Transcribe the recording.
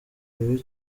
bibi